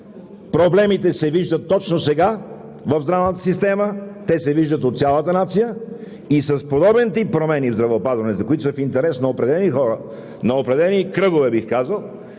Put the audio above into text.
Проблемите се виждат точно сега в здравната система, те се виждат от цялата нация и с подобен тип промени в здравеопазването, които са в интерес на определени хора, на определени кръгове, бих казал,